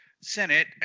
Senate